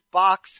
box